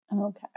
Okay